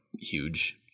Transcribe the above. huge